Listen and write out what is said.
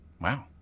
Wow